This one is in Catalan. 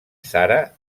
sara